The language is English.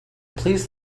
please